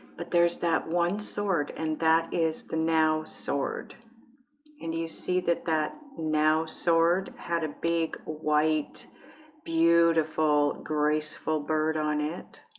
but there's that one sword and that is the now sword and you see that that now sword had a big white beautiful graceful bird on it